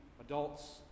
adults